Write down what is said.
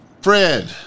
Fred